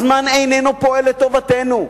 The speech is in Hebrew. הזמן איננו פועל לטובתנו.